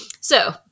so-